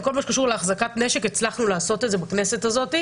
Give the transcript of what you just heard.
בכל מה שקשור להחזקת נשק הצלחנו לעשות את זה בכנסת הזאת,